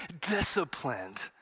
disciplined